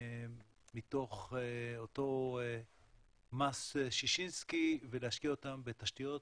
ויצטברו מתוך אותו מס ששינסקי ולהשקיע אותם בתשתיות